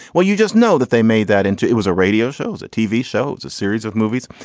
well, you just know that they made that into it was a radio show as a tv show, as a series of movies.